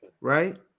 right